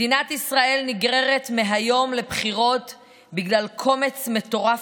מדינת ישראל נגררת מהיום לבחירות בגלל קומץ מטורף